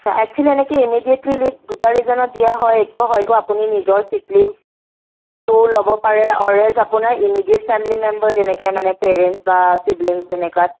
actually এনেকে immediately leave দুটা ৰিজনত দিয়া হয় এক হয়তো আপুনি নিজৰ চিক লীভটো ল'ব পাৰে অৰ এজ আপোনাৰ ইমিডিয়েট ফেমিলি মেম্বাৰছ যেনেকৈ মানে পেৰেণ্টচ বা চিব্লিং এনেকুৱাত